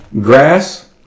Grass